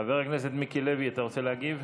חבר הכנסת מיקי לוי, אתה רוצה להגיב?